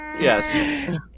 Yes